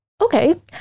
Okay